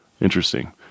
Interesting